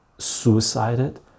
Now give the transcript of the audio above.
suicided